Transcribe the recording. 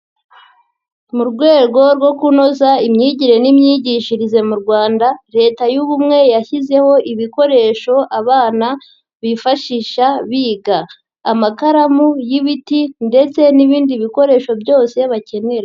Mu rwego rwo kunoza imyigire n'imyigishirize mu Rwanda, Leta y'ubumwe yashyizeho ibikoresho abana bifashisha biga amakaramu y'ibiti ndetse n'ibindi bikoresho byose bakenera.